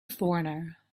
foreigner